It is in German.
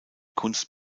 kunst